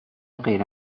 غیر